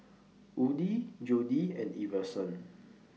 Woodie Jody and Iverson